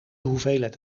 hoeveelheid